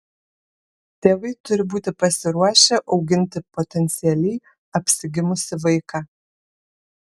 tėvai turi būti pasiruošę auginti potencialiai apsigimusį vaiką